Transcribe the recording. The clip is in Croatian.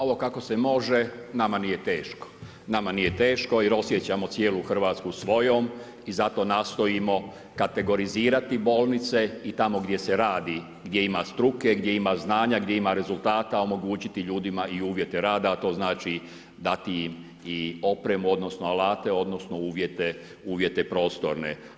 Ovo kako se može, nama nije teško, nama nije teško, jer osjećamo cijelu Hrvatsku svojom i zato nastojimo kategorizirati bolnice i tamo gdje se radi, gdje ima struke, gdje ima znanja, gdje ima rezultata, omogućiti ljudima i uvjete rada a to znači dati im i opremu, odnosno, alate, odnosno, uvijete prostorne.